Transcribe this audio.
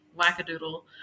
wackadoodle